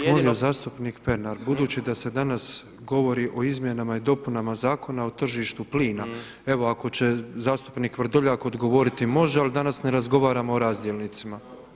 Ja bih molio zastupnik Pernar, budući da se danas govori o izmjenama i dopunama Zakona o tržištu plina evo ako će zastupnik Vrdoljak odgovoriti, ali danas ne razgovaramo o razdjelnicima.